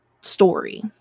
story